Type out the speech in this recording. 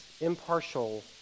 impartial